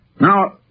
now